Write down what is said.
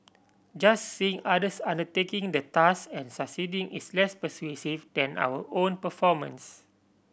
just seeing others undertaking the task and succeeding is less persuasive than our own performance